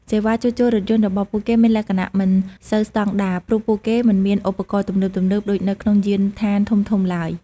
សេវាជួសជុលរថយន្តរបស់ពួកគេមានលក្ខណៈមិនសូវស្តង់ដារ ព្រោះពួកគេមិនមានឧបករណ៍ទំនើបៗដូចនៅក្នុងយានដ្ឋានធំៗឡើយ។